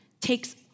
takes